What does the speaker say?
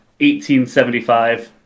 1875